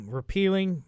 repealing